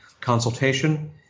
Consultation